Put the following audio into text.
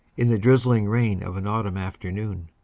in the drizzling rain of an autumn afternoon.